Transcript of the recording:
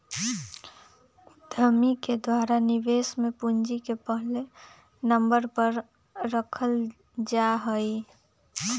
उद्यमि के द्वारा निवेश में पूंजी के पहले नम्बर पर रखल जा हई